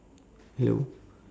hello